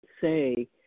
say